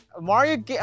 Mario